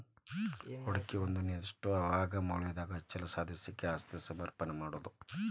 ಹೂಡಿಕಿ ಒಂದ ನಿರ್ದಿಷ್ಟ ಅವಧ್ಯಾಗ್ ಮೌಲ್ಯದಾಗ್ ಹೆಚ್ಚಳವನ್ನ ಸಾಧಿಸ್ಲಿಕ್ಕೆ ಆಸ್ತಿ ಸಮರ್ಪಣೆ ಮಾಡೊದು